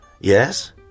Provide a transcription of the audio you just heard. Yes